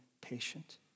patient